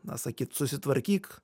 na sakyt susitvarkyk